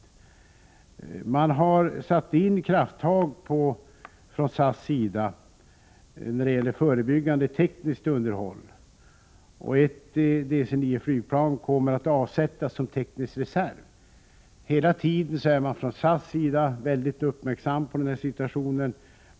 Från SAS sida har man tagit krafttag i fråga om förebyggande tekniskt underhåll. Ett flygplan, typ DC 9, kommer att avsättas som teknisk reserv. Dessutom är man hela tiden från SAS sida mycket uppmärksam på situationen.